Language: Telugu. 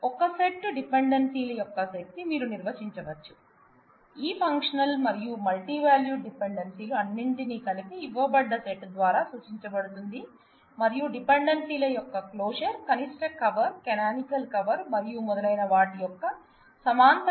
ఒక సెట్ డిపెండెన్సీల యొక్క సెట్ ని మీరు నిర్వచించవచ్చు ఈ ఫంక్షనల్ మరియు మల్టీవాల్యూడ్ డిపెండెన్స్ లు అన్నింటిని కలిపి ఇవ్వబడ్డ సెట్ ద్వారా సూచించబడుతుంది మరియు డిపెండెన్సీల యొక్క క్లోజర్ కనిష్ట కవర్ క్యాననికల్ కవర్ మరియు మొదలైన వాటి యొక్క సమాంతర నిర్వచనాలను మనం కలిగి ఉంటాం